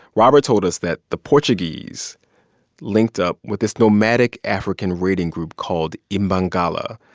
robert told us that the portuguese linked up with this nomadic african raiding group called imbangala.